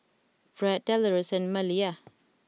Bret Delores and Maleah